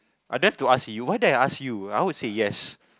I dare to ask you why did I ask you I would say yes